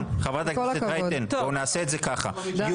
בכל הכבוד --- בועז,